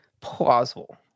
plausible